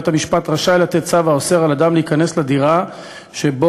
בית-המשפט רשאי לתת צו האוסר על אדם להיכנס לדירה שבה